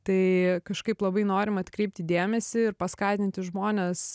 tai kažkaip labai norim atkreipti dėmesį ir paskatinti žmones